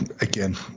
again